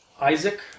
Isaac